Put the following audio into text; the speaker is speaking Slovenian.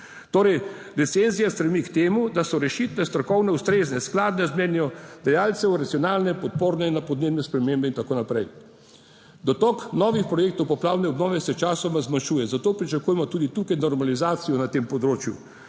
Torej recenzija stremi k temu, da so rešitve strokovne, ustrezne, skladne z mnenjem dajalcev, racionalne, podporne na podnebne spremembe in tako naprej. Dotok novih projektov poplavne obnove se sčasoma zmanjšuje, zato pričakujemo tudi tukaj normalizacijo na tem področju.